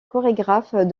chorégraphe